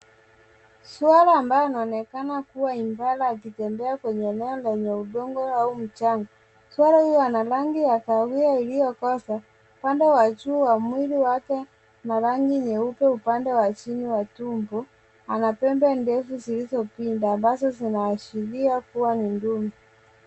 Swara ambayo anaonekana kuwa impala akitembea kwenye eneo lenye udongo au mchanga. Swara huyo ana rangi ya kahawia iliyokoza, upande wa juu wa mwili wake ana rangi nyeupe, upande wa chini wa tumbo, anapembe ndefu zilizopinda ambazo zinaashiria kuwa ni ndume.